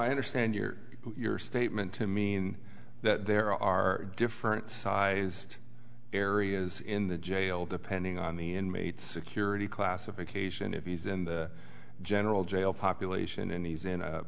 i understand your your statement to mean that there are different sized areas in the jail depending on the inmate security classification if he's in the general jail population and he's in a